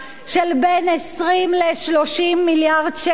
של בין 20 ל-30 מיליארד שקל.